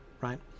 right